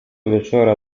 wieczora